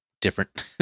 different